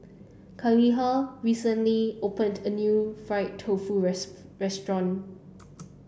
Khalilah recently opened a new fried tofu restaurant